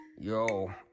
Yo